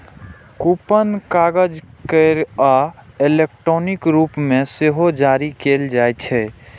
coupon कागज केर आ इलेक्ट्रॉनिक रूप मे सेहो जारी कैल जाइ छै